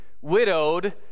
widowed